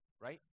right